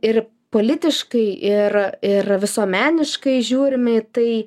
ir politiškai ir ir visuomeniškai žiūrim į tai